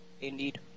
Indeed